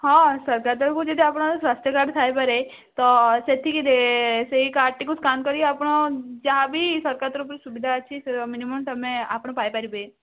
ହଁ ସରକାର ତରଫରୁ ଯଦି ଆପଣଙ୍କର ସ୍ୱାସ୍ଥ୍ୟ କାର୍ଡ଼ ଥାଇପାରେ ତ ସେତିକିରେ ସେଇ କାର୍ଡ଼ଟିକୁ ସ୍କାନ୍ କରି ଆପଣ ଯାହା ବି ସରକାର ତରଫରୁ ସୁବିଧା ଅଛି ମିନିମମ୍ ତୁମେ ଆପଣ ପାଇ ପାରିବେ